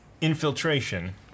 infiltration